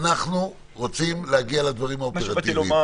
אנחנו רוצים להגיע לדברים האופרטיביים.